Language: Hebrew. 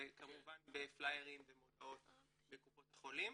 וכמובן בפליירים ומודעות בקופות החולים,